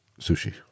sushi